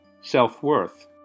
self-worth